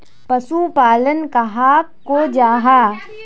पशुपालन कहाक को जाहा?